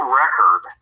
record